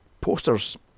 posters